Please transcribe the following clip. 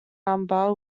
number